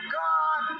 god